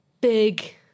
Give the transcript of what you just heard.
big